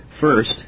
First